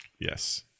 Yes